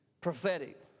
prophetic